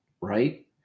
right